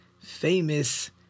famous